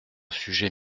sujet